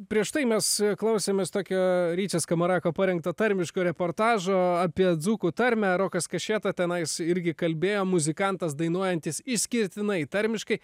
prieš tai mes klausėmės tokio ryčio skamarako parengto tarmiško reportažo apie dzūkų tarmę rokas kašėta tenais irgi kalbėjo muzikantas dainuojantis išskirtinai tarmiškai